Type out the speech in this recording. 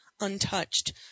untouched